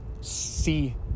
see